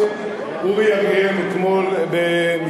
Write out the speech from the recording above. בוגי יעלון או השופטים בבג"ץ?